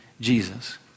Jesus